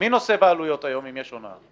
מי נושא היום בעלויות אם יש הונאה?